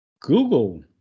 google